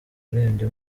urebye